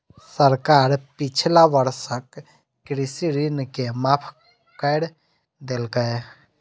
सरकार पिछला वर्षक कृषि ऋण के माफ कैर देलकैए